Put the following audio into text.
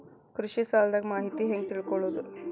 ಕೃಷಿ ಸಾಲದ ಮಾಹಿತಿ ಹೆಂಗ್ ತಿಳ್ಕೊಳ್ಳೋದು?